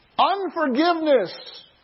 Unforgiveness